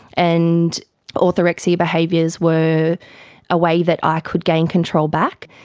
and orthorexia behaviours were a way that i could gain control back.